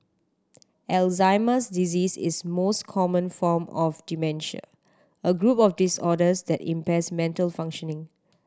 Alzheimer's disease is most common form of dementia a group of disorders that impairs mental functioning